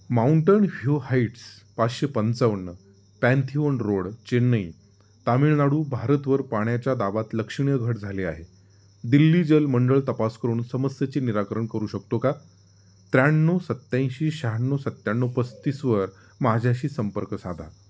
mountain view heights पाचशे पंचावन्न pantheon road Chennai Tamil Nadu भारतवर पाण्याच्या दाबात लक्षणीय घट झाले आहे दिल्ली जल मंडळ तपास करून समस्येचे निराकरण करू शकतो का त्र्याण्णव सत्त्याऐंशी शहाण्णव सत्त्याण्णव पस्तीसवर माझ्याशी संपर्क साधा